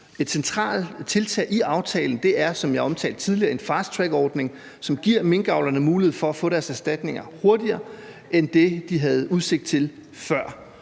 jeg omtalte tidligere, en fasttrackordning, som giver minkavlerne mulighed for at få deres erstatninger hurtigere end det, de havde udsigt til før.